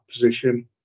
position